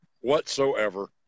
whatsoever